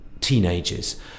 teenagers